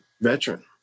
veteran